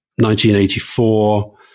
1984